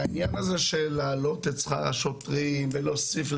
והעניין הזה של להעלות את שכר השוטרים ולהוסיף,